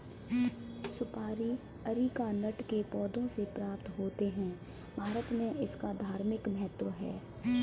सुपारी अरीकानट के पौधों से प्राप्त होते हैं भारत में इसका धार्मिक महत्व है